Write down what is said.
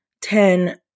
Ten